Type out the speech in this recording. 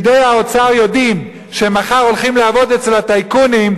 כשפקידי האוצר יודעים שהם מחר הולכים לעבוד אצל הטייקונים,